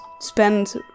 spend